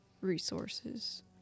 resources